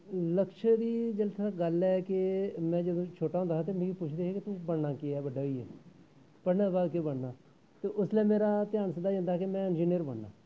लक्ष्य दी जेल्लै थां गल्ल ऐ के मैं जदूं छोटा होंदा हा ते मिगी पुछदे हे के तूं बनना केह् ऐ बड्डा होइयै पढ़ने दे बाद केह् बनना ते उसलै मेरा ध्यान सिद्धा जंदा हा के मैं इंजीनियर बनना